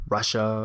Russia